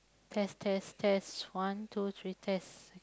test test test one two three test